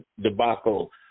debacle